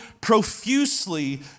profusely